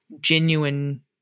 genuine